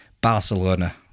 Barcelona